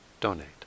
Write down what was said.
donate